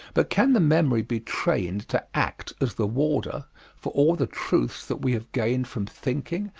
but can the memory be trained to act as the warder for all the truths that we have gained from thinking,